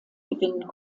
gewinnen